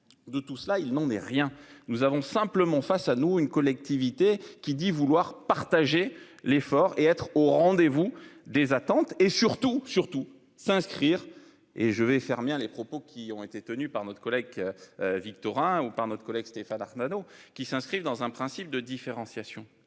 de tout cela il n'en est rien. Nous avons simplement face à nous une collectivité qui dit vouloir partager l'effort et être au rendez vous des attentes et surtout surtout s'inscrire et je vais faire bien les propos qui ont été tenus par notre collègue. Victorin ou par notre collègue Stéphane Artano qui s'inscrivent dans un principe de différenciation.